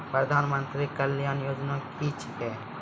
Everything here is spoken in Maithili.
प्रधानमंत्री कल्याण योजना क्या हैं?